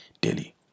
daily